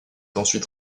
ensuite